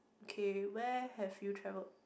okay where have you travelled